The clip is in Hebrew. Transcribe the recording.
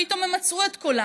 פתאום הם מצאו את קולם.